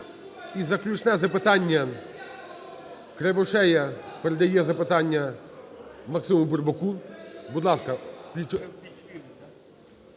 І заключне запитання. Кривошея передає запитання Максиму Бурбаку. Будь ласка,